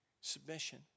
Submission